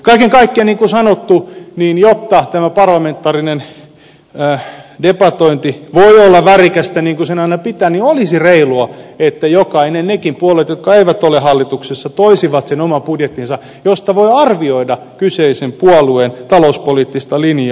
kaiken kaikkiaan niin kuin sanottu jotta tämä parlamentaarinen debatointi voi olla värikästä niin kuin sen aina pitää olla olisi reilua että nekin puolueet jotka eivät ole hallituksessa toisivat oman budjettinsa josta voi arvioida kyseisen puolueen talouspoliittista linjaa